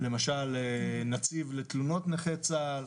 למשל נציב לתלונות נכי צה"ל,